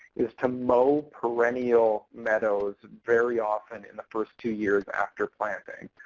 is to mow perennial meadows very often in the first two years after planting.